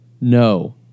no